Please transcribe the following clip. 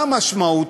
מה המשמעות?